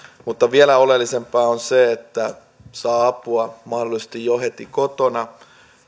mutta vielä oleellisempaa on se että saa apua mahdollisesti jo heti kotona